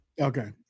Okay